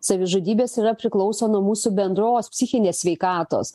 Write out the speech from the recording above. savižudybės yra priklauso nuo mūsų bendros psichinės sveikatos